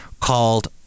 called